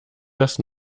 das